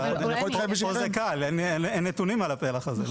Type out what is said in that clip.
פה זה קל, אין נתונים על הפלח הזה.